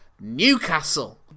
Newcastle